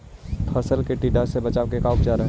फ़सल के टिड्डा से बचाव के का उपचार है?